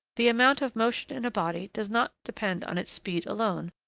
the amount of motion in a body does not depend on its speed alone,